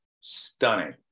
stunning